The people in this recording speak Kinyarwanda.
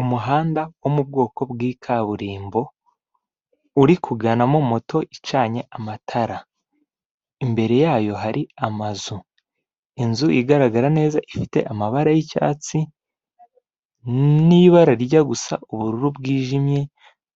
umuhanda wo mu bwoko bw'i kaburimbo, uri kuganamo moto icanye amatara, imbere yayo hari amazu, inzu igaragara neza ifite amabara y'icyatsi n'ibara rijya gusa ubururu bwijimye,